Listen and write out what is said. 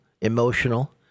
emotional